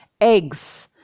eggs